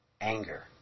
anger